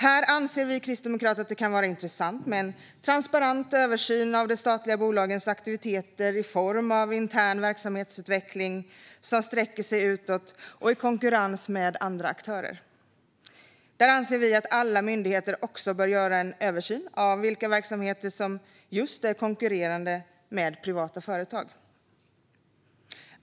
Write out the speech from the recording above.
Här anser vi kristdemokrater att det kan vara intressant med en transparent översyn av de statliga bolagens aktiviteter i form av intern verksamhetsutveckling som sträcker sig utåt och sker i konkurrens med andra aktörer. Där anser vi att alla myndigheter också bör göra en översyn av vilka verksamheter som just konkurrerar med privata företag.